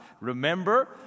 Remember